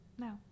No